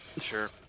Sure